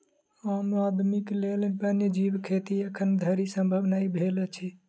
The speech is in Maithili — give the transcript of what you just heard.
आम आदमीक लेल वन्य जीव खेती एखन धरि संभव नै भेल अछि